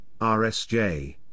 RSJ